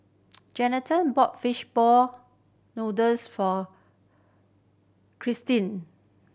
Jeannette bought fishball noodles for